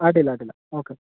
ಅಡ್ಡಿಲ್ಲ ಅಡ್ಡಿಲ್ಲ ಓಕೆ